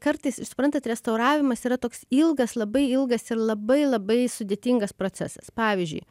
kartais suprantat restauravimas yra toks ilgas labai ilgas ir labai labai sudėtingas procesas pavyzdžiui